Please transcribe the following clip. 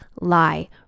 lie